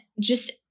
just-